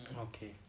Okay